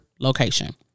location